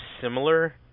similar